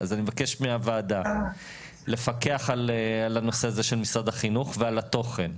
אז אני מבקש מהוועדה לפקח על הנושא הזה של משרד החינוך ועל התוכן.